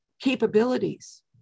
capabilities